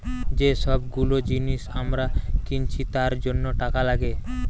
যে সব গুলো জিনিস আমরা কিনছি তার জন্য টাকা লাগে